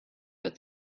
but